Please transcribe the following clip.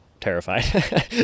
terrified